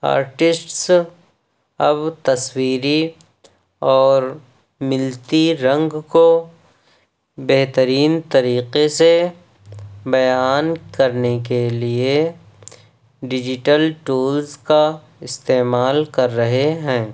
artists اب تصویری اور ملتی رنگ كو بہترین طریقے سے بیان کرنے کے لیے ڈیجیٹل ٹولس کا استعمال کر رہے ہیں